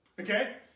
Okay